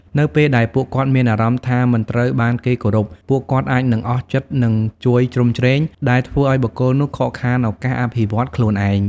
នៅពេលដែលពួកគាត់មានអារម្មណ៍ថាមិនត្រូវបានគេគោរព ពួកគាត់អាចនឹងអស់ចិត្តនឹងជួយជ្រោមជ្រែង ដែលធ្វើឲ្យបុគ្គលនោះខកខានឱកាសអភិវឌ្ឍន៍ខ្លួនឯង។